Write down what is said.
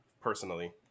personally